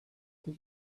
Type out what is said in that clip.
but